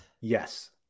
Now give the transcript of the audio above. Yes